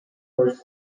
first